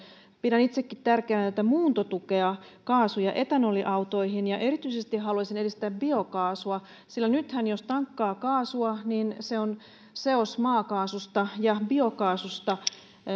pidän itsekin tärkeänä tätä muuntotukea kaasu ja etanoliautoihin ja erityisesti haluaisin edistää biokaasua nythän jos tankkaa kaasua niin se on seos maakaasusta ja biokaasusta